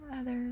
others